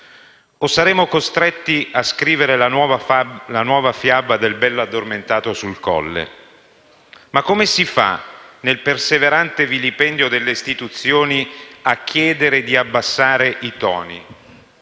O saremo costretti a scrivere la nuova fiaba del bell'addormentato sul Colle? Ma come si fa, nel perseverante vilipendio delle istituzioni, a chiedere di abbassare i toni?